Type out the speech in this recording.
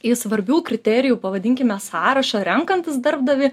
į svarbių kriterijų pavadinkime sąrašą renkantis darbdavį